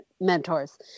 mentors